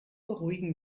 beruhigen